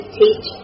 teach